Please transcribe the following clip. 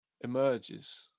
emerges